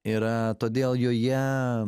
yra todėl joje